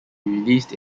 released